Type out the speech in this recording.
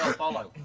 follow.